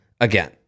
again